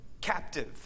captive